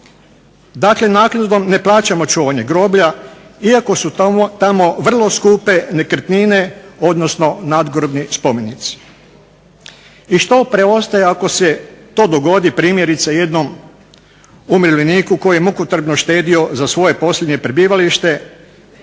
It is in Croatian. Dakle naknadom ne plaćamo čuvanje groblja iako su tamo vrlo skupe nekretnine odnosno nadgrobni spomenici. I što preostaje ako se to dogodi primjerice jednom umirovljeniku koji je mukotrpno štedio za svoje posljednje prebivalište